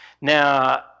Now